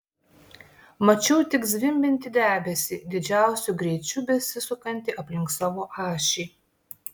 mačiau tik zvimbiantį debesį didžiausiu greičiu besisukantį aplink savo ašį